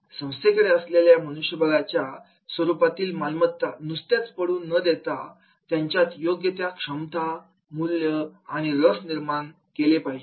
संस्थेकडे असलेल्या मनुष्यबळाच्या स्वरूपातल्या मालमत्ता नुसत्याच पडून न देता त्यांच्यात योग्य त्या क्षमता मूल्य आणि रस निर्माण केले पाहिजेत